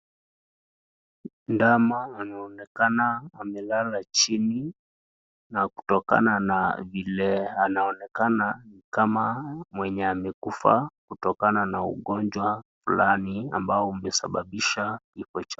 Ndama anaonekana amelala chini, na kutokana na vile anaonekana ni kama mwenye amekufa, kutokana na ugonjwa fulani ambao umesababisha kifo chake.